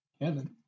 Kevin